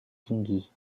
tinggi